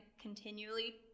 continually